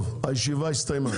הישיבה הסתיימה.